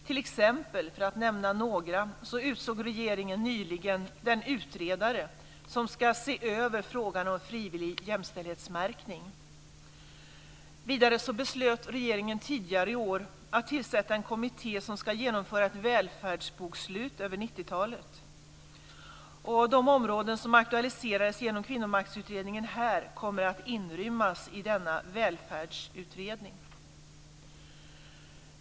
T.ex. utsåg regeringen nyligen den utredare som ska se över frågan om frivillig jämställdhetsmärkning. Vidare beslöt regeringen tidigare i år att tillsätta en kommitté som ska genomföra ett välfärdsbokslut över 90-talet. De områden som aktualiserades genom Kvinnomaktutredningen kommer att inrymmas i denna välfärdsutredning.